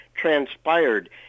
transpired